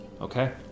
Okay